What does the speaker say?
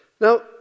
Now